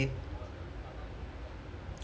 or the cover greater angle is it